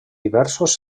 diversos